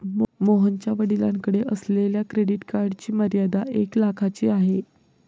मोहनच्या वडिलांकडे असलेल्या क्रेडिट कार्डची मर्यादा एक लाखाची आहे